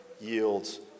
yields